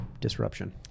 Disruption